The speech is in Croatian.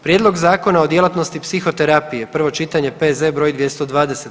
Prijedlog Zakona o djelatnosti psihoterapije, prvo čitanje, P.Z. broj 220.